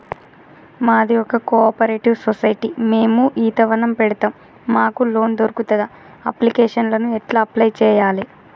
మాది ఒక cooperative society మేము ఈత వనం పెడతం మాకు లోన్ దొర్కుతదా? అప్లికేషన్లను ఎట్ల అప్లయ్ చేయాలే?